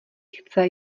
chce